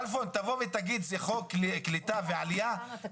כלפון, תבוא ותגיד, זה חוק לקליטה ועלייה.